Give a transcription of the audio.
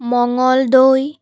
Mangaldai